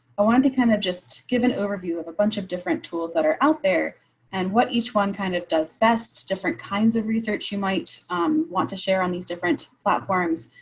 wanted to kind of just give an overview of a bunch of different tools that are out there and what each one kind of does best different kinds of research, you might want to share on these different platforms.